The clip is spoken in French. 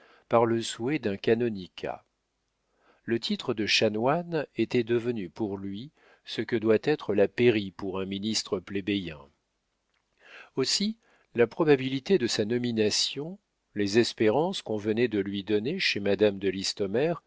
par le souhait d'un canonicat le titre de chanoine était devenu pour lui ce que doit être la pairie pour un ministre plébéien aussi la probabilité de sa nomination les espérances qu'on venait de lui donner chez madame de listomère